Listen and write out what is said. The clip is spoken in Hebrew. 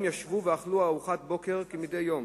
ישבו ואכלו ארוחת בוקר כמדי יום.